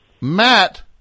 Matt